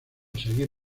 seguir